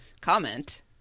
comment